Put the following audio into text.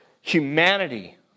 humanity